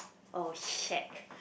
oh shag